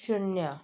शून्य